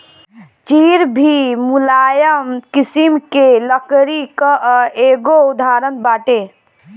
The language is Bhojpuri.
चीड़ भी मुलायम किसिम के लकड़ी कअ एगो उदाहरण बाटे